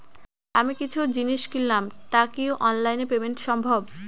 আমি কিছু জিনিস কিনলাম টা কি অনলাইন এ পেমেন্ট সম্বভ?